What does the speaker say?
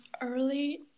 early